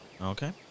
Okay